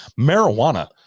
marijuana